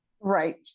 Right